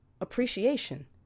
appreciation